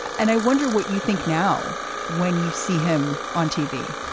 and i wonder what you think now when you see him on tv?